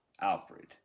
Alfred